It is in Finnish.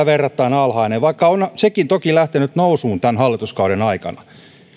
verrattain alhainen vaikka on sekin toki lähtenyt nousuun tämän hallituskauden aikana